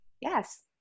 Yes